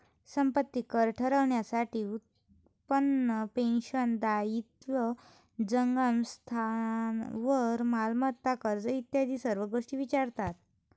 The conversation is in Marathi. संपत्ती कर ठरवण्यासाठी उत्पन्न, पेन्शन, दायित्व, जंगम स्थावर मालमत्ता, कर्ज इत्यादी सर्व गोष्टी विचारतात